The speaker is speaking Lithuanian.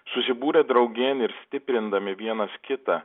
susibūrę draugėn ir stiprindami vienas kitą